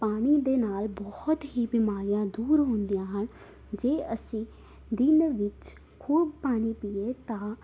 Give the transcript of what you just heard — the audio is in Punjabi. ਪਾਣੀ ਦੇ ਨਾਲ ਬਹੁਤ ਹੀ ਬਿਮਾਰੀਆਂ ਦੂਰ ਹੁੰਦੀਆਂ ਹਨ ਜੇ ਅਸੀਂ ਦਿਨ ਵਿੱਚ ਖੂਬ ਪਾਣੀ ਪੀਏ ਤਾਂ